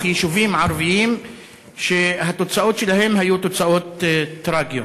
יישובים ערביים שהתוצאות שלהם היו תוצאות טרגיות.